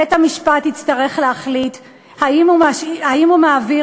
בית-המשפט יצטרך להחליט האם הוא מעביר